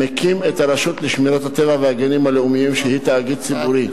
מקים את הרשות לשמירת הטבע והגנים הלאומיים שהיא תאגיד ציבורי.